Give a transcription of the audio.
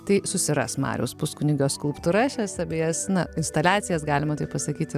tai susiras mariaus puskunigio skulptūras šias abejas na instaliacijas galima taip pasakyti